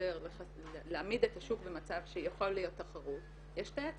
לפעמים יש יכולת למשלם להודיע